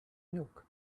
milk